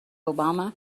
obama